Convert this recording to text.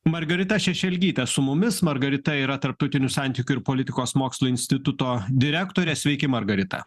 margarita šešelgytė su mumis margarita yra tarptautinių santykių ir politikos mokslų instituto direktorė sveiki margarita